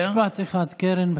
משפט אחד, קרן.